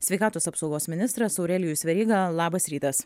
sveikatos apsaugos ministras aurelijus veryga labas rytas